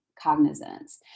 cognizance